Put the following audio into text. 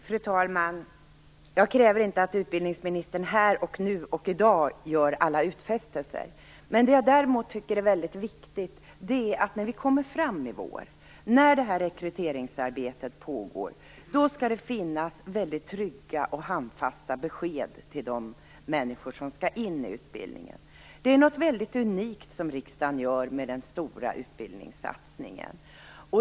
Fru talman! Jag kräver inte att utbildningsministern gör alla utfästelser här och nu. Men däremot tycker jag att det är mycket viktigt att när vi kommer fram i vår, när det här rekryteringsarbetet pågår, skall det finnas väldigt trygga och handfasta besked till de människor som skall in i utbildningen. Riksdagen gör något mycket unikt genom den stora utbildningssatsningen.